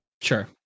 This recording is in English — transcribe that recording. Sure